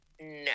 No